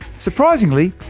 surprisingly,